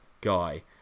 guy